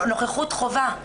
הנוכחות חובה.